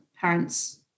parents